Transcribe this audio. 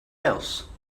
else